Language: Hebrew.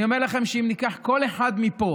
אני אומר לכם שאם ניקח כל אחד מפה